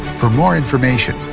for more information,